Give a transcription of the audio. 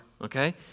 okay